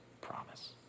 promise